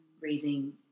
raising